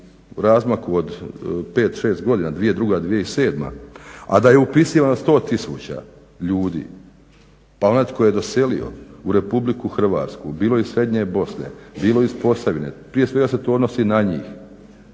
u razmaku od 5, 6 godina 2002. – 2007., a da je upisivano 100 tisuća ljudi a onaj tko je doselio u RH bilo iz srednje Bosne, bilo iz Posavine, prije svega se to odnosi na njih,